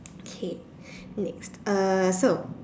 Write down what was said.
okay next uh so